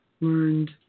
learned